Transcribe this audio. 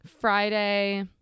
Friday